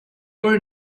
were